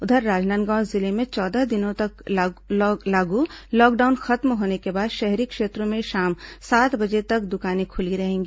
उधर राजनांदगांव जिले में चौदह दिनों तक लागू लॉकडाउन खत्म होने के बाद शहरी क्षेत्रों में शाम सात बजे तक दुकानें खुली रहेंगी